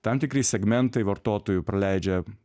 tam tikri segmentai vartotojų praleidžia